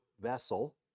vessel